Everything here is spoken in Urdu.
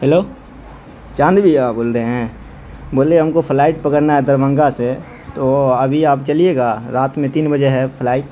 ہیلو چاند بھیا بول رہے ہیں بولیے ہم کو فلائٹ پکڑنا ہے دربھنگہ سے تو ابھی آپ چلیے گا رات میں تین بجے ہے فلائٹ